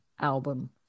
album